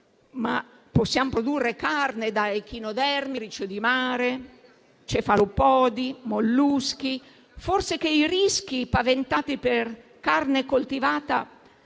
ma possiamo produrre carne da echinodermi, ricci di mare, cefalopodi e molluschi. Forse i rischi paventati per carne coltivata